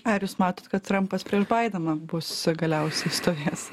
ar jūs matot kad trampas prieš baideną bus galiausiai stovės